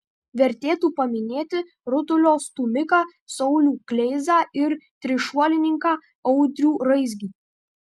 vertėtų paminėti rutulio stūmiką saulių kleizą ir trišuolininką audrių raizgį